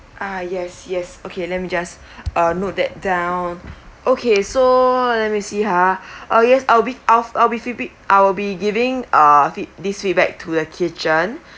uh yes yes okay let me just uh note that down okay so let me see ha oh yes I'll be I'll fee~ I'll be feedb~ I will be giving uh feed~ this feedback to the kitchen